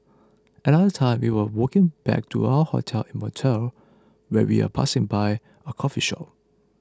another time we were walking back to our hotel in Montreal when we are passing by a coffee shop